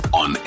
on